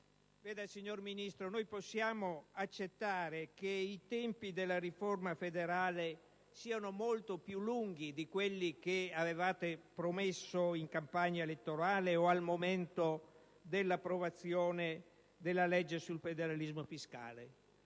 Signor Ministro, noi possiamo accettare che i tempi della riforma federale siano molto più lunghi di quelli che avevate promesso in campagna elettorale o al momento dell'approvazione della legge sul federalismo fiscale.